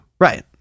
right